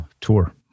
tour